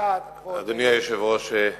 אדוני היושב-ראש,